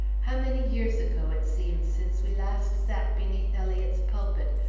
how many years ago it seems since we last sat beneath eliot's pulpit,